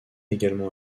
également